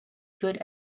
good